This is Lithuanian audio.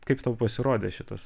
kaip tau pasirodė šitas